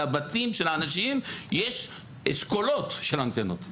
על הבתים של האנשים יש אשכולות של אנטנות.